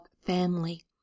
family